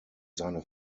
seine